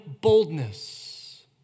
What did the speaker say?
boldness